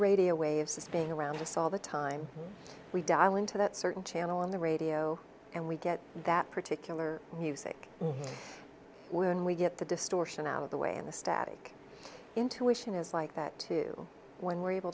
radio waves as being around us all the time we dial into that certain channel on the radio and we get that particular music when we get the distortion out of the way and the static intuition is like that too when we're able